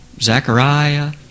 Zechariah